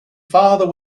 father